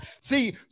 See